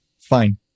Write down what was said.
fine